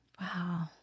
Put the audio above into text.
Wow